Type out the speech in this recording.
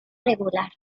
regular